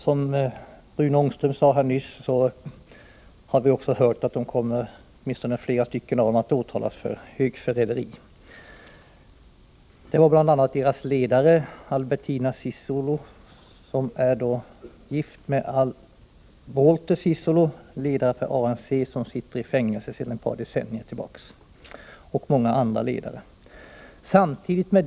Som Rune Ångström nyss sade har vi också hört att flera personer i denna ledning kommer att åtalas för högförräderi, bl.a. deras ledare Albertina Sisulu, som är gift med ledaren för ANC, Walter Sisulu, som sedan ett par decennier tillbaka sitter i fängelse. Också många andra ledare sitter i fängelse.